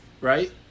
right